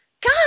God